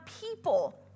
people